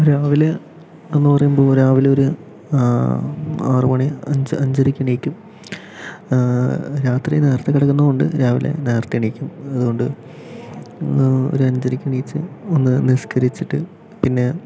രാവിലെ എന്നു പറയുമ്പോൾ രാവിലെ ഒരു ആറുമണി അഞ്ച് അഞ്ചരയ്ക്ക് എണീക്കും രാത്രി നേരത്തേ കിടക്കുന്നതുകൊണ്ട് രാവിലെ നേരത്തേ എണീക്കും അതുകൊണ്ട് ഒരഞ്ചരയ്ക്ക് എണീച്ച് ഒന്ന് നിസ്ക്കരിച്ചിട്ട് പിന്നെ